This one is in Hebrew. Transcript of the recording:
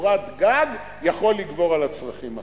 בקורת גג יכול לגבור על הצרכים האחרים.